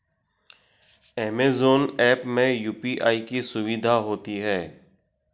Amazon app में UPI की सुविधा होती है